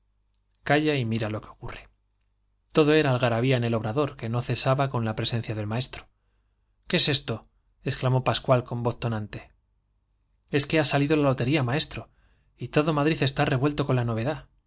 calla y mira lo que ocurre cesaba todo era algarabía en el obrador que no con la presencia del maestro esto exclamó pascual con voz qué es tonante que ha salido la lotería ma estro y todo madrid está revuelto con la novedad